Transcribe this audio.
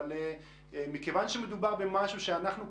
אבל מכיוון שמדובר במשהו שאנחנו,